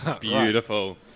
Beautiful